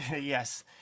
Yes